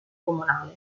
comunale